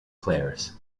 players